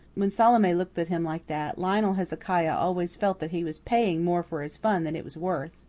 when salome looked at him like that, lionel hezekiah always felt that he was paying more for his fun than it was worth.